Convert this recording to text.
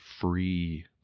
free